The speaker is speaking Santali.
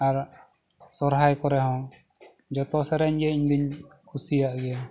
ᱟᱨ ᱥᱚᱨᱦᱟᱭ ᱠᱚᱨᱮ ᱦᱚᱸ ᱡᱚᱛᱚ ᱥᱮᱨᱮᱧ ᱜᱮ ᱤᱧ ᱫᱩᱧ ᱠᱩᱥᱤᱭᱟᱜ ᱜᱮᱭᱟ